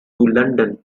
london